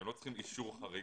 הם לא צריכים אישור חריג,